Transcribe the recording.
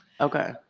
Okay